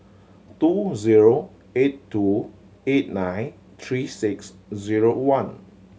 two zero eight two eight nine three six zero one